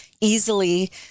easily